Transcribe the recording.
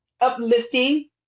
uplifting